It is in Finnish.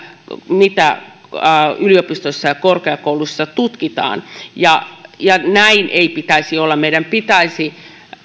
mitä yliopistoissa ja korkeakouluissa tutkitaan näin ei pitäisi olla meidän pitäisi